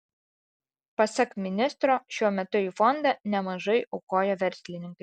pasak ministro šiuo metu į fondą nemažai aukoja verslininkai